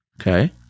okay